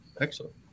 Excellent